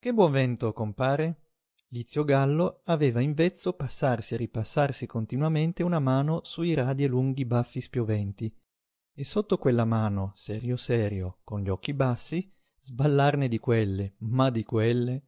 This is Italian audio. che buon vento compare lizio gallo aveva in vezzo passarsi e ripassarsi continuamente una mano su i radi e lunghi baffi spioventi e sotto quella mano serio serio con gli occhi bassi sballarne di quelle ma di quelle